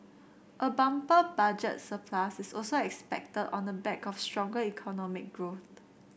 a bumper budget surplus is also expected on the back of stronger economic growth